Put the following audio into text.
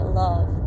love